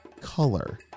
color